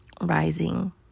rising